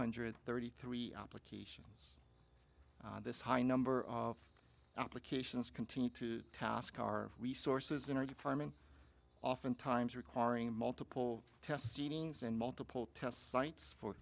hundred thirty three applications this high number of applications continue to task our resources in our department often times requiring multiple test scenes and multiple test sites